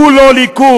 הוא לא ליכוד.